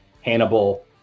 Hannibal